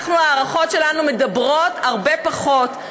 ההערכות שלנו מדברות על הרבה פחות,